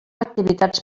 activitats